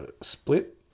Split